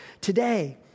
today